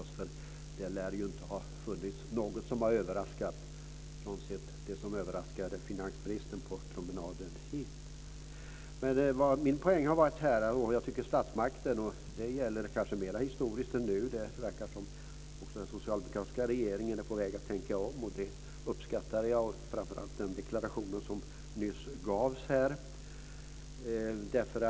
Det lär inte ha funnits någonting som har kunnat överraskat, bortsett från det som överraskade finansministern på promenaden hit. Min poäng gäller vad statsmakten har gjort historiskt sett. Det verkar som om den socialdemokratiska regeringen är på väg att tänka om. Jag uppskattar den deklaration som gavs nyss.